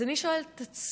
אז אני שואלת את עצמי: